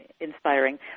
inspiring